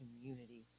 community